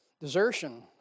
Desertion